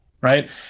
right